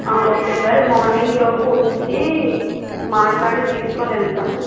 okay sir రేపు morning లోపు వచ్చి మాట్లాడి తీసుకొని వెళ్తాం